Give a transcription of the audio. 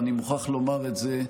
אני חושב, ואני מוכרח לומר את זה: